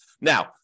Now